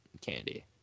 candy